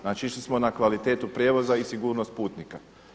Znači išli smo na kvalitetu prijevoza i sigurnost putnika.